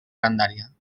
grandària